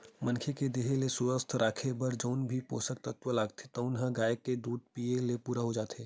मनखे के देहे ल सुवस्थ राखे बर जउन भी पोसक तत्व लागथे तउन ह गाय के दूद पीए ले पूरा हो जाथे